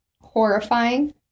Horrifying